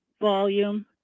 volume